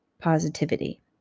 positivity